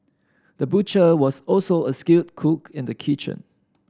the butcher was also a skilled cook in the kitchen